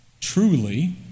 truly